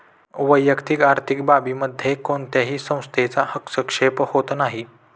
वैयक्तिक आर्थिक बाबींमध्ये कोणत्याही संस्थेचा हस्तक्षेप होत नाही